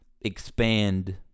expand